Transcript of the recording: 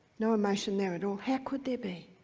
no emotion there at all, how could there be?